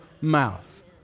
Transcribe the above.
mouth